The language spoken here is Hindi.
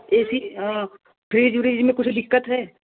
ए सी फ्रिज व्रिज में कुछ दिक्कत है